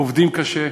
עובדים קשה,